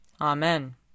Amen